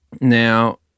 Now